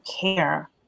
care